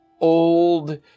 old